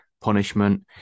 punishment